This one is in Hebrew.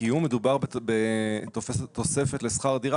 השוכר דירה בתקופת לימודיו,